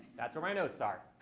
that's where my notes are.